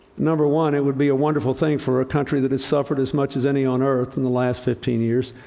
number one, it would be a wonderful thing for a country that has suffered as much as any on earth in the last fifteen years,